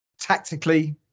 tactically